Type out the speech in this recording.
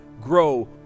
grow